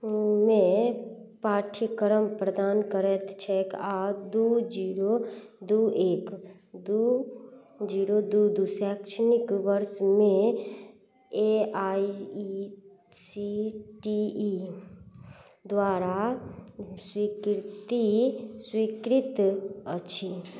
मे पाठ्यक्रम प्रदान करैत छै आओर दुइ जीरो दुइ एक दुइ जीरो दुइ दुइ शैक्षणिक वर्षमे A I C T E द्वारा स्वीकृति स्वीकृत अछि